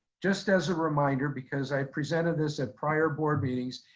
just as a reminder because i presented this at prior board meetings,